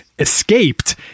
escaped